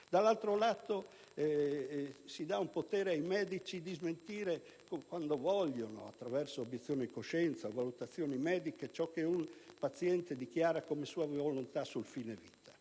Dall'altro lato, si dà un potere ai medici di smentire quando vogliono, attraverso obiezioni di coscienza e valutazioni mediche, ciò che un paziente dichiara come sua volontà sul fine vita,